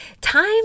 Time